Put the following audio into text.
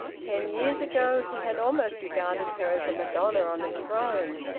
ten years ago he had almost regarded her as a madonna on a throne,